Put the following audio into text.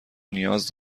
نیاز